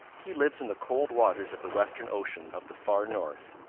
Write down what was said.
he lives in the cold waters of the western ocean of the far north.